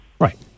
Right